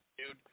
dude